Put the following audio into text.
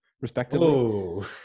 respectively